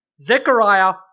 Zechariah